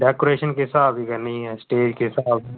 decoration किस स्हाब दी करनी ऐ स्टेज किस स्हाब दी